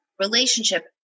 relationship